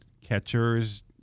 catchers